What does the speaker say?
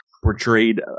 Portrayed